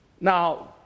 Now